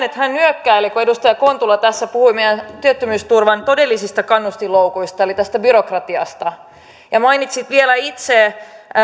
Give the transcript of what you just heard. että hän nyökkäili kun edustaja kontula tässä puhui meidän työttömyysturvan todellisista kannustinloukuista eli tästä byrokratiasta ja mainitsit vielä itse